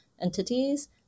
entities